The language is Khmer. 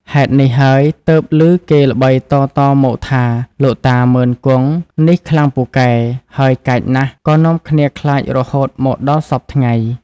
ហេតុនេះហើយទើបឮគេល្បីតៗមកថា លោកតាមុឺន-គង់ នេះខ្លាំងពូកែ ហើយកាចណាស់ ក៏នាំគ្នាខ្លាចរហូតមកដល់សព្វថ្ងៃ។